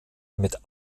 mit